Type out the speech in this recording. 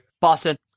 Boston